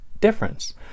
difference